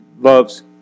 loves